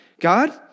God